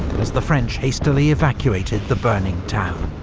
as the french hastily evacuated the burning town.